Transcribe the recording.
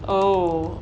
oh